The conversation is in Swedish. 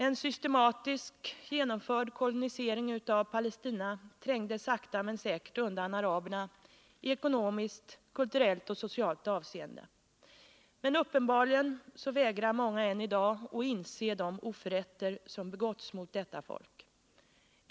En systematiskt genomförd kolonialisering av Palestina trängde sakta men säkert undan araberna i ekonomiskt, kulturellt och socialt avseende. Men uppenbarligen vägrar än i dag många att inse vilka oförrätter som har begåtts mot detta folk.